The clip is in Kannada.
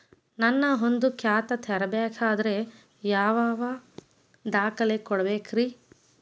ನಾನ ಒಂದ್ ಖಾತೆ ತೆರಿಬೇಕಾದ್ರೆ ಯಾವ್ಯಾವ ದಾಖಲೆ ಕೊಡ್ಬೇಕ್ರಿ?